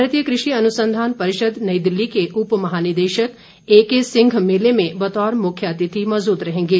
भारतीय कृषि अनुसंधान परिषद नई दिल्ली के उपमहानिदेशक एके सिंह मेले में बतौर मुख्य अतिथि मौजूद रहेंगे